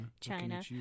China